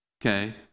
Okay